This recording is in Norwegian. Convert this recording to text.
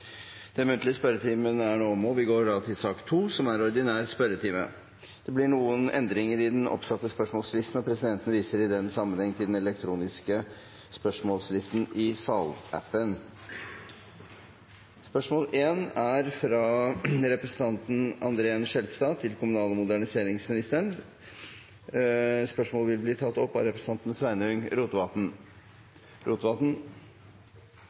den muntlige spørretimen omme. Det blir noen endringer i den oppsatte spørsmålslisten, og presidenten viser i den sammenheng til den elektroniske spørsmålslisten. De foreslåtte endringene i dagens spørretime foreslås godkjent. – Det anses vedtatt. Endringene var som følger: Spørsmål 1, fra representanten André N. Skjelstad til kommunal- og moderniseringsministeren, vil bli tatt opp av representanten Sveinung Rotevatn.